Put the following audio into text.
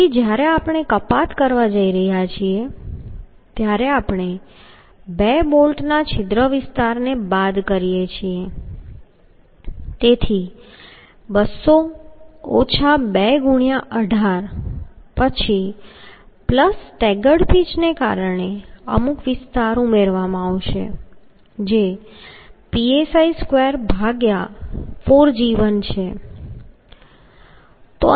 તેથી જ્યારે આપણે કરવા કપાત જઈ રહ્યા છીએ ત્યારે આપણે બે બોલ્ટના છિદ્રના વિસ્તારને બાદ કરીએ છીએ તેથી 200 ઓછા 2 ગુણ્યાં 18 પછી પ્લસ સ્ટેજર્ડ પિચને કારણે અમુક વિસ્તાર ઉમેરવામાં આવશે જે psi24gi છે